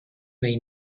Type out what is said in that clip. may